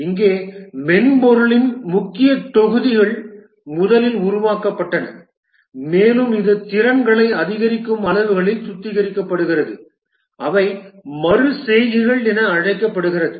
இங்கே மென்பொருளின் முக்கிய தொகுதிகள் முதலில் உருவாக்கப்பட்டன மேலும் இது திறன்களை அதிகரிக்கும் அளவுகளில் சுத்திகரிக்கப்படுகிறது அவை மறு செய்கைகள் என அழைக்கப்படுகின்றன